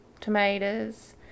tomatoes